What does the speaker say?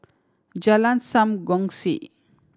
Jalan Sam Kongsi